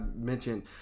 mentioned